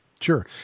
sure